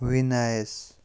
Venice